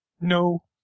No